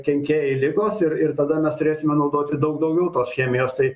kenkėjai ligos ir ir tada mes turėsime naudoti daug daugiau tos chemijos tai